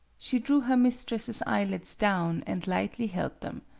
she drew her mistress's eyelids down, and lightly held them.